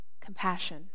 compassion